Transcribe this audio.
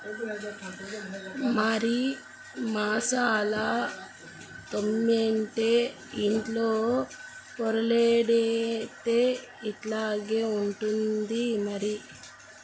మరి మసాలా తెమ్మంటే ఇంటిలో పొర్లాడితే ఇట్టాగే ఉంటాది మరి